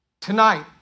Tonight